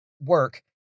work